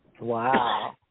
Wow